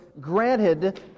granted